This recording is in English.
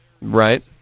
Right